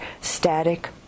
static